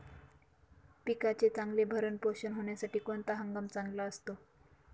पिकाचे चांगले भरण पोषण होण्यासाठी कोणता हंगाम चांगला असतो?